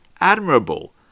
admirable